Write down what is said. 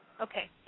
Okay